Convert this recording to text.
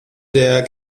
der